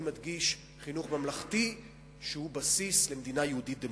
אני מדגיש: חינוך ממלכתי שהוא בסיס למדינה יהודית דמוקרטית.